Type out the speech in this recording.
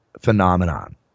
phenomenon